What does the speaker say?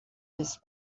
display